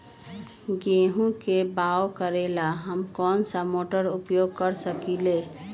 गेंहू के बाओ करेला हम कौन सा मोटर उपयोग कर सकींले?